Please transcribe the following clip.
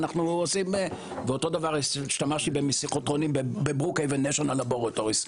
ואותו דבר השתמשתי בסינכוטרונים ב-Brookhaven National Laboratory,